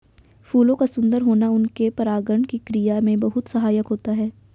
फूलों का सुंदर होना उनके परागण की क्रिया में बहुत सहायक होता है